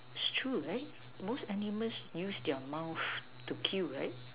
it's true right most animal use their mouth to kill right